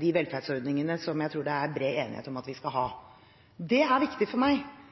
de velferdsordningene som jeg tror det er bred enighet om at vi skal ha. Det er viktig for meg,